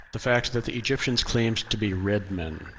the fact that the egyptians claimed to be red men.